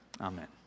Amen